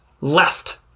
left